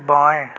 बाएँ